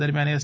દરમ્યાન એસ